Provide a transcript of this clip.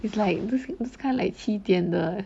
it's like this this kind like 七点的